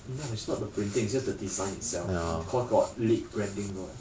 no it's not the printing it's just the design itself cau~ got lead branding [what]